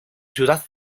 ciudad